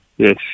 Yes